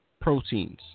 proteins